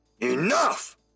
Enough